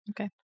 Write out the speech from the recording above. okay